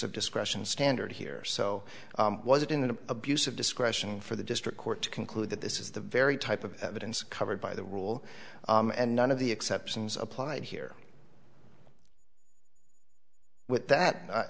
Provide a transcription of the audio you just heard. of discretion standard here so was it an abuse of discretion for the district court to conclude that this is the very type of evidence covered by the rule and none of the exceptions applied here with that